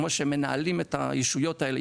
כמו שמנהלים את הישויות האלה,